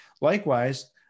Likewise